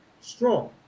strong